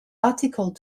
article